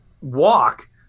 walk